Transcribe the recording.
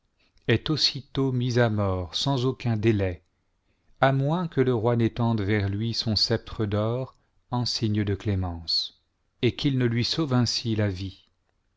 est aussitôt mis mort sans aucun délai à moins que le roi n'étende vers lui son sceptre d'or en signe de clémence et qu'il ne lui sauve ainsi la vie